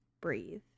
breathe